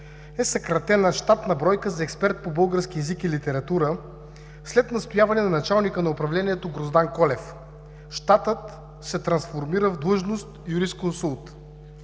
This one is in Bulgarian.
е съкратена щатна бройка за експерт по български език и литература след настояване на началника на управлението Гроздан Колев. Щатът се трансформира в длъжност „юрисконсулт“.